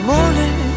morning